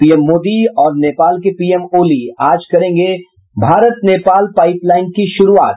PM Modi और नेपाल के PM Oli आज करेंगे भारत नेपाल पाईपलाईन की शुरूआत